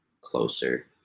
closer